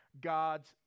God's